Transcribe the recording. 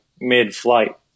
mid-flight